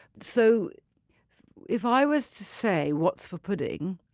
so if i was to say, what's for pudding?